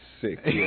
sick